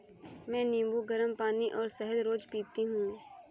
मैं नींबू, गरम पानी और शहद रोज पीती हूँ